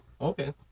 Okay